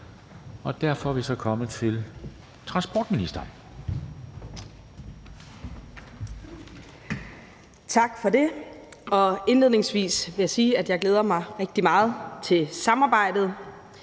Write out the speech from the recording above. Derfor er vi så kommet til transportministeren.